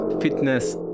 fitness